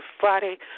Friday